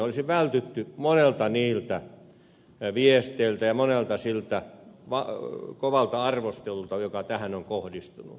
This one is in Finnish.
olisi vältytty monilta niiltä viesteiltä ja paljolta siltä kovalta arvostelulta joka tähän on kohdistunut